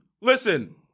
listen